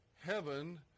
Heaven